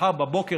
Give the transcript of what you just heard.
מחר בבוקר,